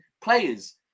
players